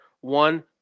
one